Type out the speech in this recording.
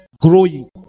growing